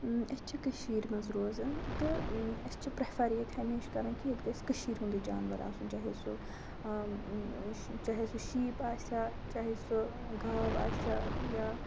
أسۍ چھِ کٔشیٖرِ منٛز روزان تہٕ أسۍ چھِ پریفَر ییٚتہِ ہَمیشہٕ کَران کہِ ییٚتہِ گَژھِ کٔشیٖرِ ہُنٛدُے جاناوار آسُن چاہے سُہ چاہے سُہ شِیٖپ آسِیا چاہے سُہ گاو آسِیا یا